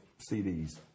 CDs